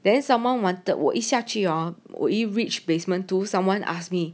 then someone wanted 我一下去 hor 我已 reached basement two someone asked me